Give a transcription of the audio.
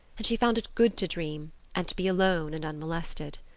and she found it good to dream and to be alone and unmolested.